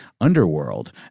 underworld